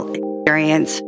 experience